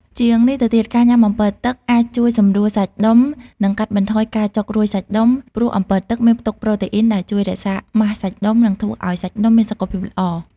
ជាងនេះទៅទៀត ការញុំាអម្ពិលទឹកអាចជួយសម្រួលសាច់ដុំ និងកាត់បន្ថយការចុករោយសាច់ដុំ ព្រោះអម្ពិលទឹកមានផ្ទុកប្រូតេអ៊ីនដែលជួយរក្សាម៉ាសសាច់ដុំ និងធ្វើឱ្យសាច់ដុំមានសុខភាពល្អ។